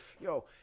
Yo